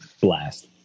Blast